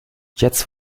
jetzt